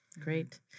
Great